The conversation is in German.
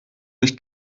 nicht